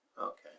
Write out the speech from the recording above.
Okay